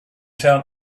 town